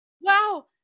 wow